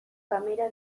kamera